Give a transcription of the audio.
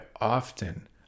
often